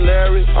Larry